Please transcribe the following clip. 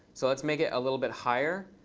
so let's make it a little bit higher.